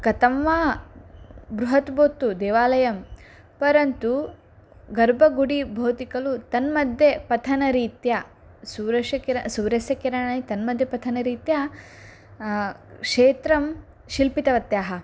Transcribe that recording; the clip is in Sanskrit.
कथं वा बृहत् भवतु देवालयं परन्तु गर्भगुडि भवति खलु तन्मध्ये पथनरीत्या सूर्यस्यकिरणं सूर्यस्य किरणानि तन्मध्ये पथनरीत्या क्षेत्रं शिल्पितवत्याः